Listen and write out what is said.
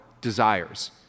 desires